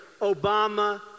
Obama